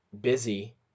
busy